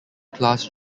class